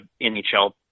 NHL